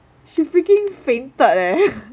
she freaking fainted leh